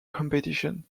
competition